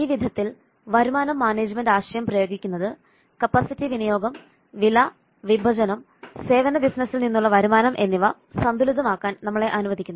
ഈ വിധത്തിൽ വരുമാനംമാനേജ്മെന്റ് ആശയം പ്രയോഗിക്കുന്നത് കപ്പാസിറ്റി വിനിയോഗം വില വിഭജനം സേവന ബിസിനസിൽ നിന്നുള്ള വരുമാനംഎന്നിവ സന്തുലിതമാക്കാൻ നമ്മളെ അനുവദിക്കുന്നു